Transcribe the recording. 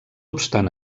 obstant